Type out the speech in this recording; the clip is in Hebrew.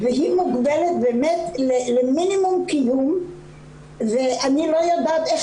היא מוגבלת למינימום קיום ואני לא ואני לא יודעת איך